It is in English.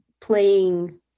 playing